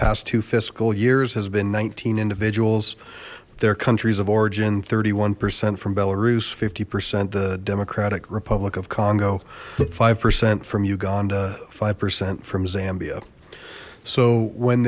past two fiscal years has been nineteen individuals their countries of origin thirty one percent from belarus fifty percent the democratic republic of congo five percent from uganda five percent from zambia so when